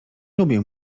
lubię